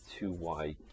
2y